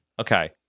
okay